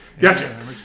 Gotcha